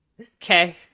Okay